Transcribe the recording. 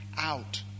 out